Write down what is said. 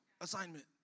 Assignment